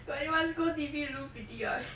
but you must go D_B look pretty what